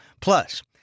Plus